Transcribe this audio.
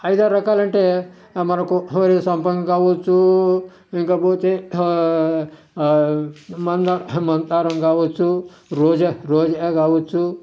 ఐదారు రకాలు అంటే మనకు సంపంగి కావొచ్చు ఇంకపోతే మందా మందారం కావొచ్చు రోజా రోజా కావొచ్చు